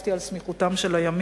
חשבתי על סמיכותם של הימים,